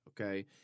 okay